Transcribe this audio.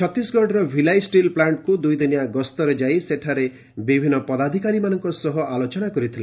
ଛତିଶଗଡ଼ର ଭିଲାଇ ଷ୍ଟିଲ୍ ପ୍ଲାଷ୍ଟକୁ ଦୁଇଦିନିଆ ଗସ୍ତରେ ଯାଇ ସେଠାରେ ବିଭିନ୍ନ ପଦାଧକାରୀମାନଙ୍କ ସହ ଆଲୋଚନା କରିଥିଲେ